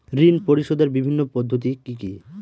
ঋণ পরিশোধের বিভিন্ন পদ্ধতি কি কি?